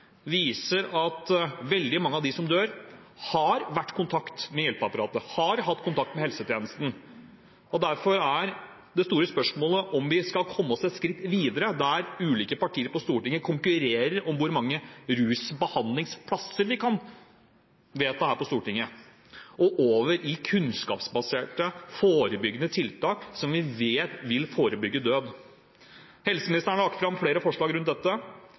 viser at veldig mange av dem som dør, har vært i kontakt med hjelpeapparatet, og de har hatt kontakt med hjelpetjenesten. Derfor er det store spørsmålet om vi skal komme oss et skritt videre, fra at ulike partier på Stortinget konkurrerer om hvor mange rusbehandlingsplasser vi kan vedta her på Stortinget, til at man går over til kunnskapsbaserte, forebyggende tiltak som vi vet vil forebygge død. Helseministeren har lagt fram flere forslag rundt dette,